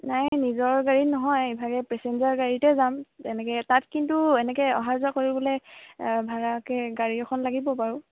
নাই নিজৰ গাড়ীত নহয় ইভাগে পেছেঞ্জাৰ গাড়ীতে যাম এনেকৈ তাত কিন্তু এনেকৈ অহা যোৱা কৰিবলৈ ভাড়াকে গাড়ী এখন লাগিব বাৰু